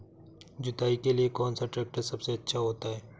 जुताई के लिए कौन सा ट्रैक्टर सबसे अच्छा होता है?